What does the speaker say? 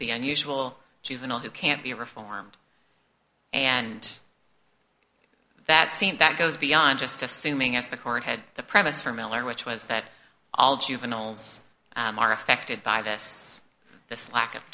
the unusual juvenile who can't be reformed and that seems that goes beyond just assuming as the court had the premise for miller which was that all juveniles are affected by this this lack of